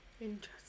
interesting